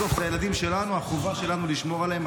בסוף אלה הילדים שלנו, החובה שלנו לשמור עליהם.